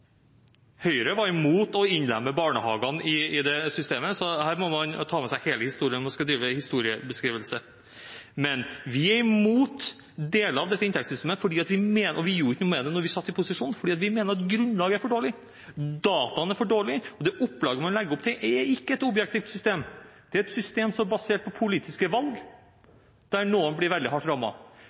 Høyre var imot å innlemme barnehagene i det systemet, så man må ta med seg hele historien når man skal drive historiebeskrivelse. Vi er imot deler av dette inntektssystemet, men vi gjorde ikke noe med det da vi satt i posisjon, fordi vi mener at grunnlaget er for dårlig. Dataene er for dårlige, og det opplegget man legger opp til, er ikke et objektivt system. Det er et system som er basert på politiske valg, der noen blir veldig hardt